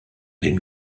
den